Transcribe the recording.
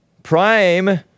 Prime